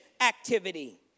activity